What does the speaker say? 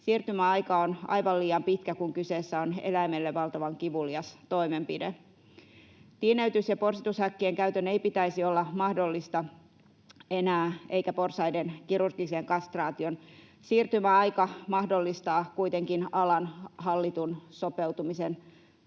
Siirtymäaika on aivan liian pitkä, kun kyseessä on eläimelle valtavan kivulias toimenpide. Tiineytys‑ ja porsitushäkkien käytön ei pitäisi olla mahdollista enää, eikä porsaiden kirurgisen kastraation. Siirtymäaika mahdollistaa kuitenkin alan hallitun sopeutumisen eläinten